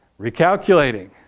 Recalculating